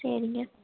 சரிங்க